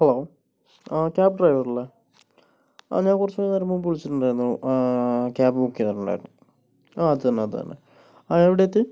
hello ആ cab ഡ്രൈവറല്ലേ ആ ഞാൻ കുറച്ച് നേരം മുമ്പ് വിളിച്ചിട്ടുണ്ടായിരുന്നു ക്യാബ് ബുക്ക് ചെയ്യാനുണ്ടായിരുന്നു ആ അത് തന്നെ അത് തന്നെ ആ എവിടെ എത്തി